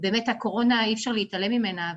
באמת הקורונה אי אפשר להתעלם ממנה,